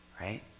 right